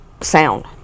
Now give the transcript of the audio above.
sound